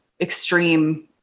extreme